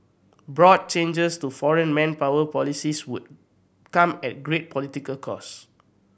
broad changes to foreign manpower policies would come at great political cost